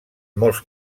molts